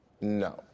No